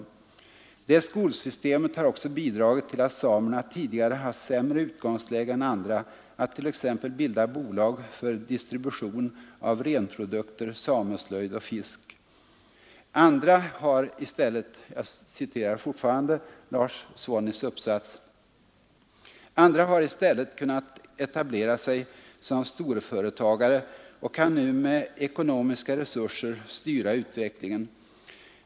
Detta skolsystem har också bidragit till att samerna tidigare haft sämre utgångsläge än andra att t.ex. bilda bolag för distribution av renprodukter, sameslöjd och fisk. Andra har i stället kunnat etablera sig som storföretagare och kan nu med ekonomiska resurser styra utvecklingen.